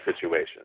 situation